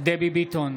דבי ביטון,